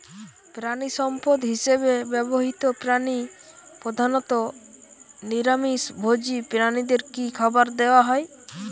প্রাণিসম্পদ হিসেবে ব্যবহৃত প্রাণী প্রধানত নিরামিষ ভোজী প্রাণীদের কী খাবার দেয়া হয়?